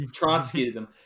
Trotskyism